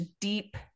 deep